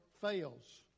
fails